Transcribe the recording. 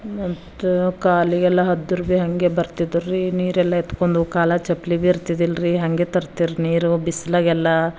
ಮತ್ತು ಕಾಲಿಗೆಲ್ಲ ಹದ್ದರು ಭೀ ಹಾಗೆ ಬರ್ತಿದ್ರಿ ನೀರೆಲ್ಲ ಎತ್ಕೊಂಡು ಕಾಲ ಚಪ್ಲಿ ಇರ್ತಿದ್ದಿಲ್ರಿ ಹಾಗೆ ತರ್ತೀರು ನೀರು ಬಿಸಿಲಾಗೆಲ್ಲ